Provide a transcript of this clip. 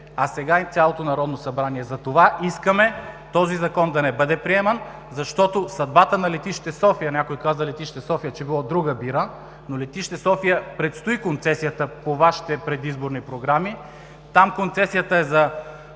а сега и цялото Народно събрание. За това искаме този Закон да не бъде приеман, защото съдбата на летище София – някой каза летище София било „друга бира“, но на летище София предстои концесията по Вашите предизборни програми. Там концесията е за